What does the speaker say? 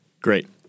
Great